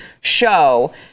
show